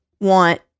want